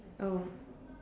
oh